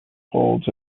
holds